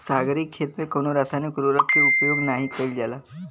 सागरीय खेती में कवनो रासायनिक उर्वरक के उपयोग नाही कईल जाला